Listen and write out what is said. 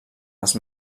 els